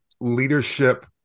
leadership